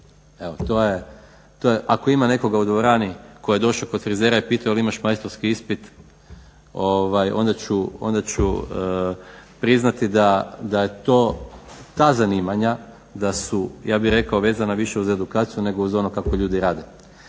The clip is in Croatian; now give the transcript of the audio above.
je, to je, ako ima nekoga u dvorani koji je došao kod frizera i pitao je li imaš majstorski ispit onda ću priznati da je to, ta zanimanja da su ja bih rekao vezana više uz edukaciju nego uz ono kako ljudi rade.